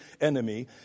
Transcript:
enemy